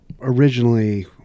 originally